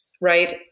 right